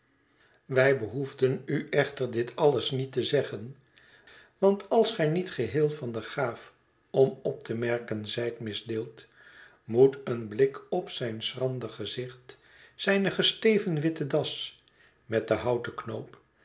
wij behoefden u echter dit alles niet te zeggen want als gij niet geheel van de gaaf om op te merken zijt misdeeld moet een blik op zijn schrander gezicht zijne gesteven witte das met den houten knoop